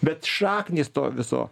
bet šaknys to viso